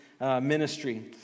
ministry